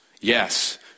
Yes